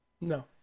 No